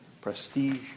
prestige